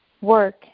work